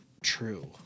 true